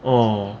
oh